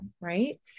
right